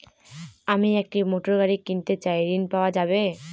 আমি একটি মোটরগাড়ি কিনতে চাই ঝণ পাওয়া যাবে?